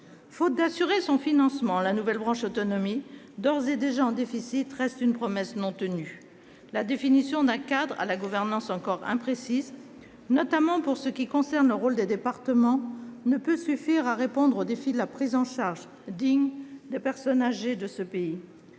Faute d'assurer son financement, la nouvelle branche Autonomie, d'ores et déjà en déficit, reste une promesse non tenue. La définition d'un cadre à la gouvernance encore imprécise, notamment pour ce qui concerne le rôle des départements, ne peut suffire à répondre au défi de la prise en charge digne des personnes âgées de ce pays.